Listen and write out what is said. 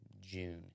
June